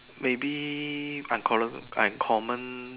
maybe uncommon uncommon